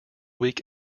week